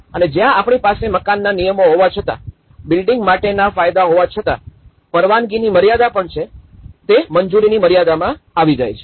અને જ્યાં આપણી પાસે મકાનના નિયમો હોવા છતાં બિલ્ડિંગ માટે ના કાયદા હોવા છતાં પરવાનગી મર્યાદા પણ છે તે મંજૂરીની મર્યાદામાં જાય છે